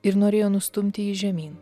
ir norėjo nustumti jį žemyn